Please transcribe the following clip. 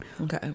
Okay